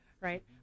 right